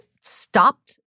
stopped